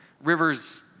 Rivers